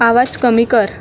आवाज कमी कर